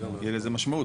יהיה לזה משמעות.